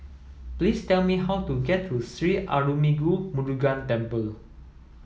please tell me how to get to Sri Arulmigu Murugan Temple